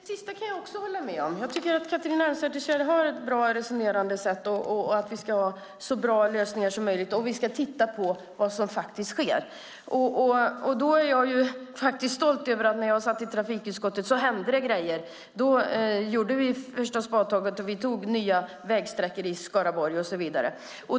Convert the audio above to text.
Herr talman! Det där sista kan jag hålla med om. Jag tycker att Catharina Elmsäter-Svärd har ett bra sätt att resonera. Vi ska ha så bra lösningar som möjligt, och vi ska titta på vad som faktiskt sker. Jag är stolt över att det hände saker när jag satt i trafikutskottet. Vi tog det första spadtaget och vi tog oss an nya vägsträckor i Skaraborg.